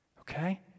okay